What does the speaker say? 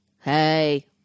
hey